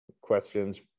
Questions